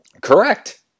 Correct